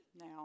now